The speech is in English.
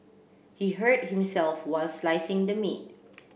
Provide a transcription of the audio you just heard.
he hurt himself while slicing the meat